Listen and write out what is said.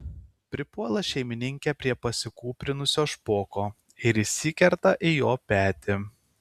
pripuola šeimininkė prie pasikūprinusio špoko ir įsikerta į jo petį